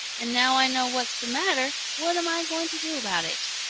and now i know what's the matter, what am i going to do about it?